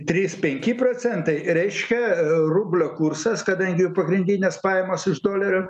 trys penki procentai reiškia rublio kursas kadangi pagrindinės pajamos iš dolerio